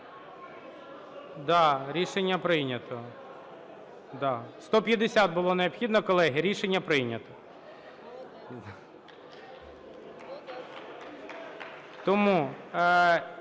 Так, рішення прийнято.